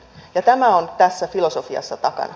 ja tämä on tässä filosofiassa takana